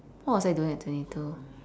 what was I doing at twenty two